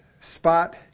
spot